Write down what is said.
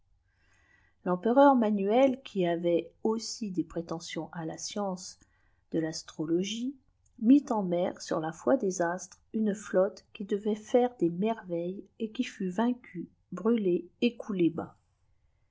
mêsffptur manuel qui vait ussi des prétentions à la science de l'astrologie mit en mer sur la foi des astr une flotte qui devait faire des merveilles et qui fut vaincue brûlée et coulée bas